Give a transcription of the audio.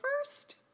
first